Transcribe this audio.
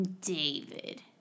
David